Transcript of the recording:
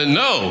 no